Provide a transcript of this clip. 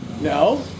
No